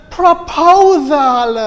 proposal